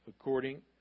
according